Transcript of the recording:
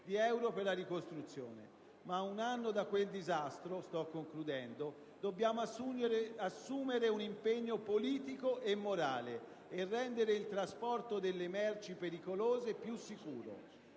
per la ricostruzione. Ma ad un anno da quel disastro dobbiamo assumere l'impegno politico e morale di rendere il trasporto delle merci pericolose più sicuro.